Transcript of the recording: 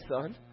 son